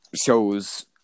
shows